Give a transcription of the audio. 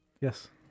Yes